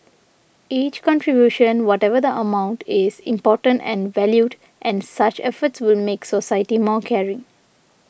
each contribution whatever the amount is important and valued and such efforts will make society more caring